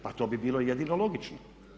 Pa to bi bilo jedino logično.